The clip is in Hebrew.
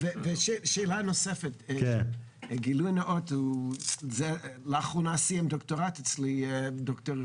הרעיון הזה של תלת-שימושי, שזה משהו חדש,